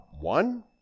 one